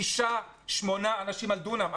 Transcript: שישה, שמונה אנשים על דונם.